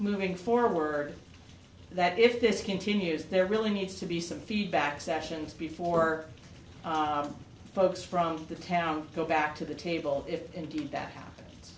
moving forward that if this continues there really needs to be some feedback sessions before the folks from the town go back to the table if indeed that happens